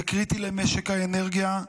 זה קריטי למשק האנרגיה.